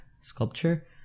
sculpture